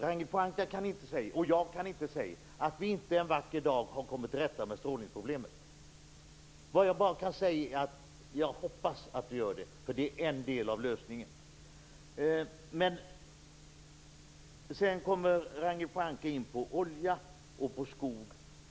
Varken Ragnhild Pohanka eller jag kan säga att vi inte en vacker dag har kommit till rätta med strålningsproblemet. Vad jag bara kan säga är att jag hoppas att vi gör det, för det är en del av lösningen. Sedan kommer Ragnhild Pohanka in på olja och på skog.